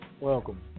welcome